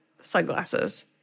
sunglasses